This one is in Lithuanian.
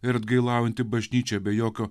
ir atgailaujanti bažnyčia be jokio